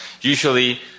usually